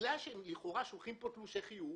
בגלל שהן לכאורה שולחות פה תלושי חיוב,